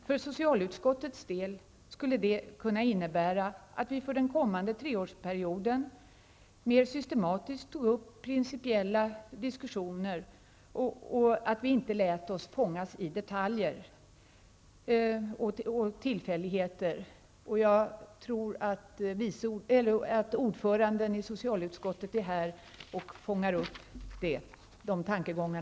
För socialutskottets del skulle detta kunna innebära att vi för den kommande treårsperioden mer systematiskt tog upp principiella diskussioner och inte lät oss fångas av detaljer och tillfälligheter. Jag tror att ordföranden i socialutskottet är här och fångar upp dessa tankegångar.